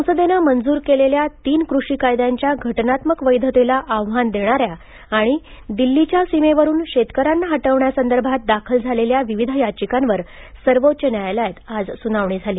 संसदेने मंजूर केलेल्या तीन कृषी कायद्यांच्या घटनात्मक वैधतेला आव्हान देणाऱ्या आणि दिल्लीच्या सीमेवरुन शेतकऱ्यांना हटवण्यासंदर्भात दाखल झालेल्या विविध याचिकांवर सर्वोच्च न्यायालयात आज सुनावणी झाली